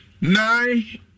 nine